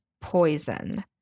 poison